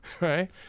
right